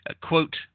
quote